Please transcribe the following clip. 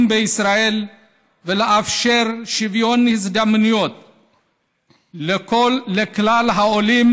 בישראל ולאפשר שוויון הזדמנויות לכלל העולים,